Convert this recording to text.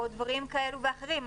או דברים כאלה ואחרים.